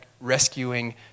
rescuing